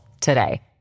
today